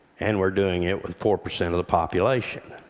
and we're doing it with four percent of the population.